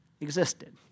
existed